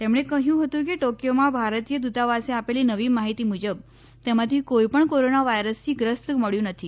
તેમણે કહયું હતું કે ટોકયોમાં ભારતીય દુતાવાસે આપેલી નવી માહિતી મુજબ તેમાંથી કોઇ પણ કોરોના વાયરસથી ગ્રસ્ત મળ્યુ નથી